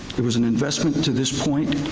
it was an investment to this point.